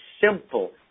simple